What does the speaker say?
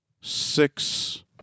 six